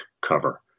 cover